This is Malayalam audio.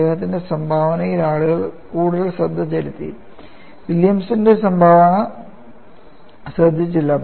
അദ്ദേഹത്തിന്റെ സംഭാവനയിൽ ആളുകൾ കൂടുതൽ ശ്രദ്ധ ചെലുത്തി വില്യംസിന്റെ സംഭാവന ശ്രദ്ധിച്ചില്ല